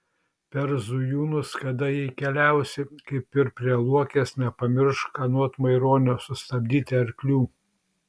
per zujūnus kada jei keliausi kaip ir prie luokės nepamiršk anot maironio sustabdyti arklių